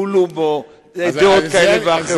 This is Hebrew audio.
הועלו בו דעות כאלה ואחרות.